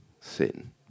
sin